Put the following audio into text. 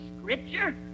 scripture